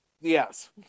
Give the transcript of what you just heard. Yes